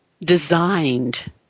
designed